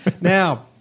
Now